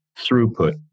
throughput